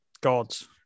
gods